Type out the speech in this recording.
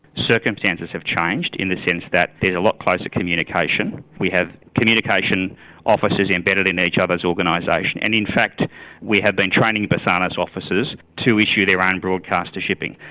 circumstances have changed in the sense that there's a lot closer communication. we have communication officers embedded in each other's organisation, and in fact we have been training basarnas officers to issue their own broadcast to shipping.